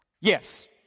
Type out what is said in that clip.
Yes